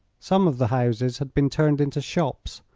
some of the houses had been turned into shops,